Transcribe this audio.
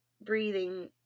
breathing